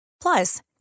Plus